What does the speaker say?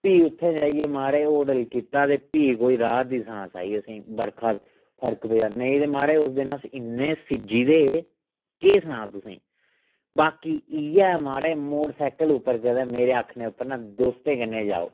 फ्ही उत्थैं जाइयै महाराज होटल कीता ते फ्ही कोई राह्त दी सांस आई असेंई बरखा फर्क पेआ नेईं ते महाराज अस उस दिन इन्ने सिज्जी गेदे हे केह् सनां तुसेंई बाकी इ'यै महाराज मोटरसाईकल उप्पर कदें मेरे आखने उप्पर ना दोस्तें कन्नै जाओ